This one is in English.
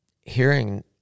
hearing